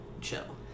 chill